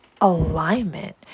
alignment